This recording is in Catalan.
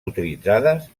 utilitzades